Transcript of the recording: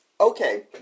Okay